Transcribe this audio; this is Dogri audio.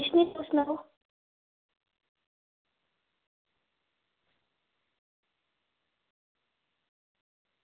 ठीक तुस सनाओ